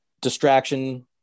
distraction